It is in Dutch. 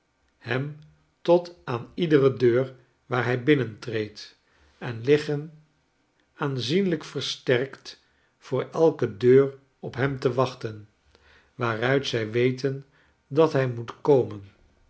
hem totaaniedere deur waar hij binnentreedt en liggen aanzienlijk versterkt voor elke deur op hem te wachten waaruit zij weten dat hij moet komen